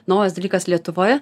naujas dalykas lietuvoje